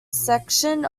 section